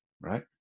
right